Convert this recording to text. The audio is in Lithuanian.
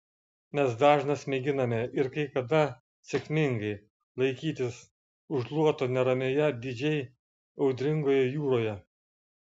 mes dažnas mėginame ir kai kada sėkmingai laikytis už luoto neramioje didžiai audringoje jūroje